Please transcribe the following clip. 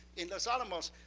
in los alamos,